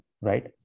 right